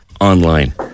online